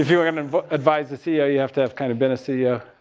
you were going to advise the ceo, you have to have kind of been a ceo,